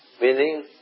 Meaning